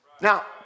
Now